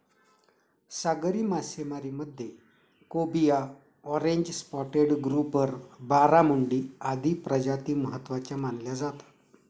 सागरी मासेमारीमध्ये cobia, orange spotted grouper, barramundi आदी प्रजाती महत्त्वाच्या मानल्या जातात